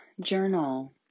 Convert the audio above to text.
journal